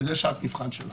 זו שעת מבחן שלכם.